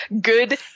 good